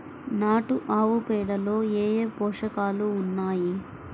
నాటు ఆవుపేడలో ఏ ఏ పోషకాలు ఉన్నాయి?